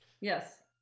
Yes